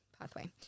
pathway